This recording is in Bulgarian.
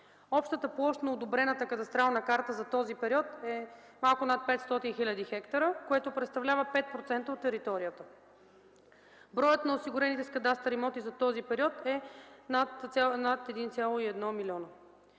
Общата площ на одобрената кадастрална карта за този период е малко над 500 хил. хектара, което представлява 5% от територията. Броят на осигурените с кадастър имоти за този период е над 1,1 милиона.